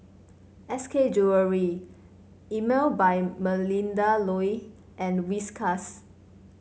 S K Jewellery Emel by Melinda Looi and Whiskas